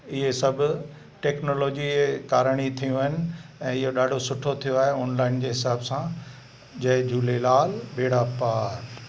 इहे सभु टेक्नोलॉजी जे कारण ई थियूं आहिनि ऐं इहो ॾाढो सुठो थियो आहे ऑनलाइन जे हिसाब सां जय झूलेलाल बेड़ा पार